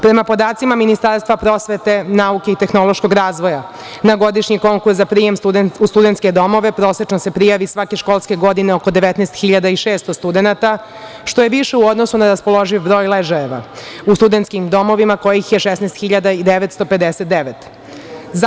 Prema podacima Ministarstva prosvete, nauke i tehnološkog razvoja, na godišnji konkurs za prijem u studentske domove prosečno se prijavi svake školske godine oko 19.600 studenata, što je više u odnosu na raspoloživ broj ležajeva u studentskim domovima kojih je 16.959.